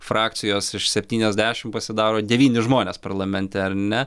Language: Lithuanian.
frakcijos iš septyniasdešim pasidaro devyni žmonės parlamente ar ne